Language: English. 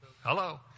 Hello